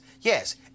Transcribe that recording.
Yes